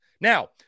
Now